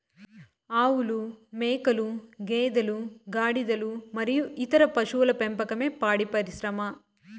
ఆవులు, మేకలు, గేదెలు, గాడిదలు మరియు ఇతర పశువుల పెంపకమే పాడి పరిశ్రమ